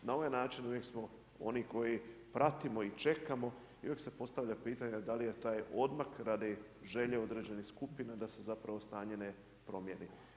Na ovaj način uvijek smo oni koji pratimo i čekamo i uvijek se postavlja pitanje da li je taj odmak radi želje određenih skupina da se zapravo ne promijeni.